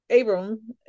abram